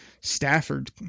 Stafford